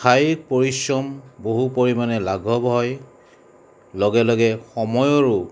হাই পৰিশ্ৰম বহুত পৰিমাণে লাঘৱ হয় আৰু লগে লগে সময়ৰো